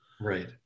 Right